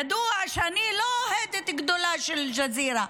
ידוע שאני לא אוהדת גדולה של אל-ג'זירה,